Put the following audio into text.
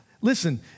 Listen